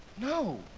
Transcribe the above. no